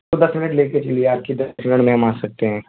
تو دس منٹ لے کے چلیے آپ کہ دس منٹ میں ہم آ سکتے ہیں